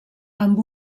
amb